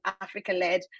Africa-led